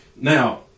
Now